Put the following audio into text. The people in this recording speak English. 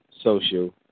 social